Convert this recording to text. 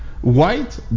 White